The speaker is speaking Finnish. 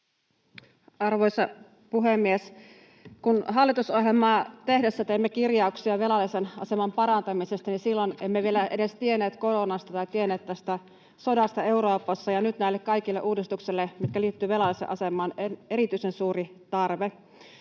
Arvoisa puhemies! Kun hallitusohjelmaa tehdessämme teimme kirjauksia velallisen aseman parantamisesta, silloin emme vielä edes tienneet koronasta tai tienneet tästä sodasta Euroopassa, ja nyt näille kaikille uudistuksille, mitkä liittyvät velallisen asemaan, on erityisen suuri tarve.